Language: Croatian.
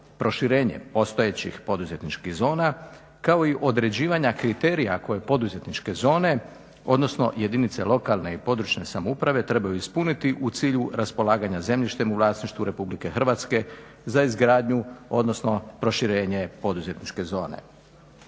proširenje postojećih poduzetničkih zona, kao i određivanja kriterija koje poduzetničke zone odnosno jedinice lokalne i područne samouprave trebaju ispuniti u cilju raspolaganja zemljištem u vlasništvu Republike Hrvatske za izgradnju odnosno proširenje poduzetničke zone.